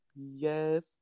Yes